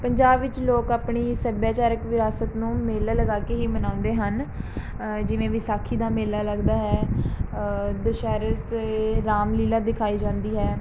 ਪੰਜਾਬ ਵਿੱਚ ਲੋਕ ਆਪਣੀ ਸੱਭਿਆਚਾਰਕ ਵਿਰਾਸਤ ਨੂੰ ਮੇਲੇ ਲਗਾ ਕੇ ਹੀ ਮਨਾਉਂਦੇ ਹਨ ਜਿਵੇਂ ਵਿਸਾਖੀ ਦਾ ਮੇਲਾ ਲੱਗਦਾ ਹੈ ਦੁਸਹਿਰੇ 'ਤੇ ਰਾਮ ਲੀਲਾ ਦਿਖਾਈ ਜਾਂਦੀ ਹੈ